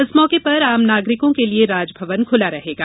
इस मौके पर आम नागरिकों के लिए राजभवन खुला रहेगा